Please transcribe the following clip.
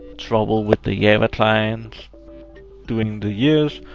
trouble with the yeah java client during the years.